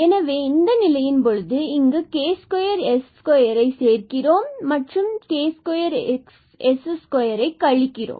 எனவே இந்த நிலையின் பொழுது நாம் இங்கு k2s2ஐசேர்க்கிறோம் மற்றும் இங்கு k2s2ஐ கழிக்கிறோம்